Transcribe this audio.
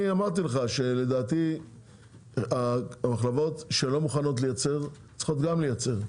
אני אמרתי לך שלדעתי המחלבות שלא מוכנות לייצר צריכות גם לייצר,